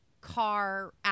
car